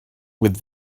with